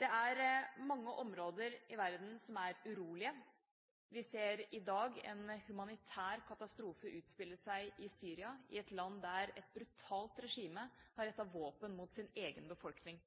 Det er mange områder i verden som er urolige. Vi ser i dag en humanitær katastrofe utspille seg i Syria, i et land der et brutalt regime har